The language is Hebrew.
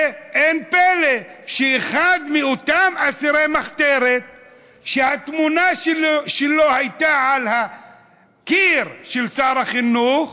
ואין פלא שאחד מהמחתרת שהתמונה שלו הייתה על הקיר של שר החינוך